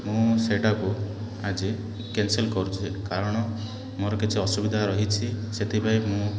ମୁଁ ସେଇଟାକୁ ଆଜି କ୍ୟାନସଲ୍ କରୁଛି କାରଣ ମୋର କିଛି ଅସୁବିଧା ରହିଛି ସେଥିପାଇଁ ମୁଁ